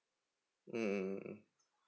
mm mm mm